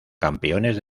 campeones